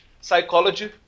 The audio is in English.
psychology